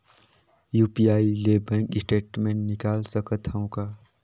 UPI ले bank statement निकाल सकत हवं का?